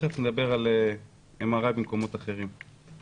תיכף נדבר על MRI במקומות אחרים.